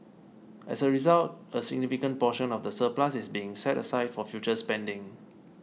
as a result a significant portion of the surplus is being set aside for future spending